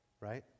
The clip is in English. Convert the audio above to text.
right